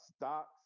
Stocks